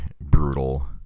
brutal